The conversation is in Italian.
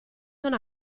non